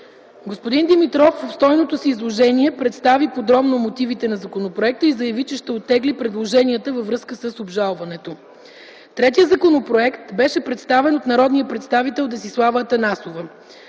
Господин Димитров в обстойното си изложение представи подробно мотивите на законопроекта и заяви, че ще оттегли предложенията във връзка с обжалването. Третият законопроект беше представен от народния представител Десислава Атанасова.